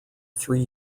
three